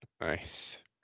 Nice